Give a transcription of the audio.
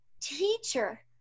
teacher